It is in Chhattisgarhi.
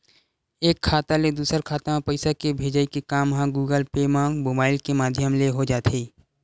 एक खाता ले दूसर खाता म पइसा के भेजई के काम ह गुगल पे म मुबाइल के माधियम ले हो जाथे